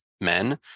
men